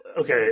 okay